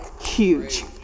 huge